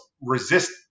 resist